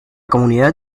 comunidad